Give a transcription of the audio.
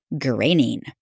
graining